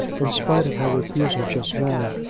in spite of my refusal just now.